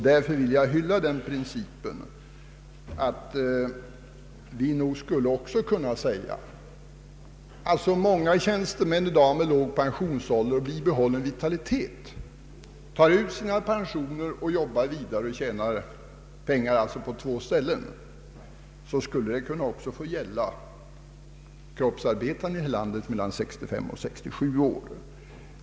Därför vill jag hylla den principen att när så många tjänstemän i dag med låg pensionsålder och bibehållen vitalitet tar ut sina pensionspengar och samtidigt tjänar pengar på annat håll skulle det också kunna få gälla kroppsarbetare mellan 65 och 67 år.